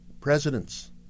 Presidents